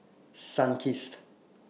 Sunkist